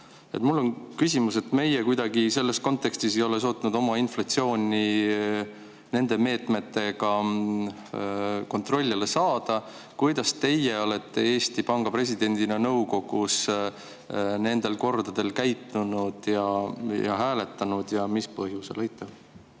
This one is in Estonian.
Mul on küsimus. Meie ei ole selles kontekstis kuidagi suutnud oma inflatsiooni nende meetmetega kontrolli alla saada. Kuidas teie olete Eesti Panga presidendina nõukogus nendel kordadel käitunud ja hääletanud ja mis põhjusel?